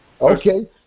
Okay